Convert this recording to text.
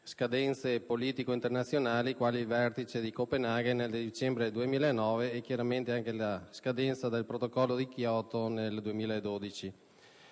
scadenze politiche internazionali, quali il vertice di Copenaghen nel dicembre 2009 e la scadenza del Protocollo di Kyoto del 2012.